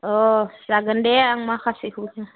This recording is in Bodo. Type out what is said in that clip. अ जागोन दे आं माखासेखौ